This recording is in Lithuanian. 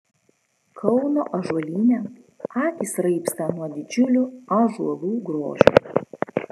kauno ąžuolyne akys raibsta nuo didžiulių ąžuolų grožio